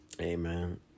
Amen